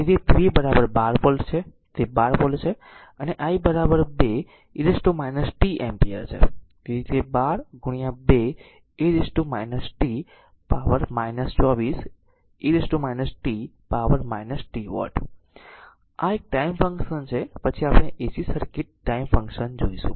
તેથી તે v 12 volt છે તે 12 વોલ્ટ છે અને i 2 e t એમ્પીયર છે તેથી તે 122 e t power 24 e t power t watt આ એક ટાઈમ ફંક્શન છે પછી આપણે AC સર્કિટ ટાઇમ ફંક્શન જોઈશું